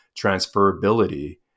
transferability